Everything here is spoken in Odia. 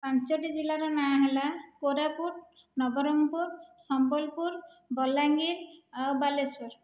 ପାଞ୍ଚୋଟି ଜିଲ୍ଲାର ନାଁ ହେଲା କୋରାପୁଟ ନବରଙ୍ଗପୁର ସମ୍ବଲପୁର ବଲାଙ୍ଗୀର ଆଉ ବାଲେଶ୍ୱର